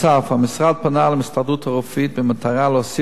המשרד פנה להסתדרות הרפואית במטרה להוסיף תקני